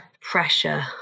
pressure